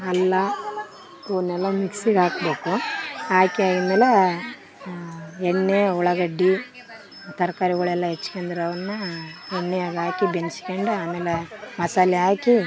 ಅಲ್ಲಾ ಇವ್ನೆಲ್ಲ ಮಿಕ್ಸಿಗೆ ಹಾಕ್ಬೇಕು ಹಾಕಿ ಆಗಿದ್ಮೇಲೇ ಎಣ್ಣೆ ಉಳ್ಳಾಗಡ್ಡಿ ತರಕಾರಿಗಳೆಲ್ಲ ಹೆಚ್ಕೊಂದ್ರವ್ನ ಎಣ್ಣೆ ಎಲ್ಲ ಹಾಕಿ ಬೆಂದಿಸ್ಕೊಂಡು ಆಮೇಲೆ ಮಸಾಲೆ ಹಾಕಿ